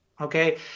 okay